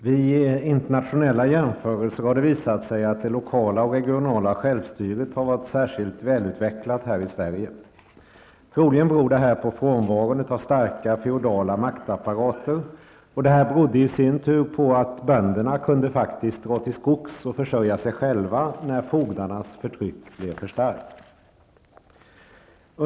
Fru talman! Vid internationella jämförelser har det visat sig att det lokala och regionala självstyret har varit särskilt välutvecklat här i Sverige. Troligen beror detta på frånvaron av starka feodala maktapparater, och det berodde i sin tur på att bönderna kunde faktiskt dra till skogs och försörja sig själva om fogdarnas förtryck blev för starkt.